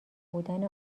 بودن